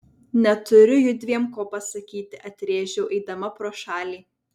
neturiu judviem ko pasakyti atrėžiau eidama pro šalį